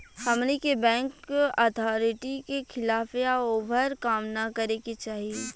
हमनी के bank authority के खिलाफ या ओभर काम न करे के चाही